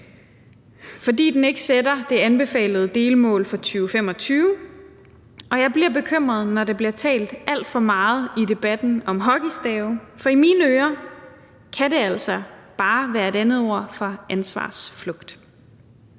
For den sætter ikke det anbefalede delmål for 2025. Og jeg bliver bekymret, når der bliver talt alt for meget i debatten om hockeystave, for i mine ører kan det altså bare være et andet ord for ansvarsforflygtigelse.